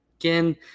again